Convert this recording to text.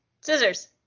Scissors